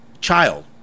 child